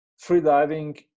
freediving